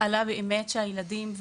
ושם עלתה הנקודה שבני הנוער והילדים,